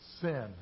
sin